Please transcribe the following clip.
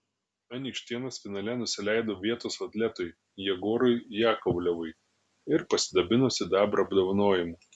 anykštėnas finale nusileido vietos atletui jegorui jakovlevui ir pasidabino sidabro apdovanojimu